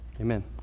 Amen